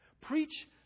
Preach